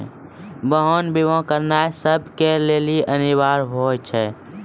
वाहन बीमा करानाय सभ के लेली अनिवार्य होय छै